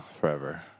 forever